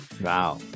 wow